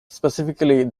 specifically